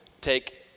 take